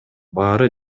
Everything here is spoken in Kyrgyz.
баары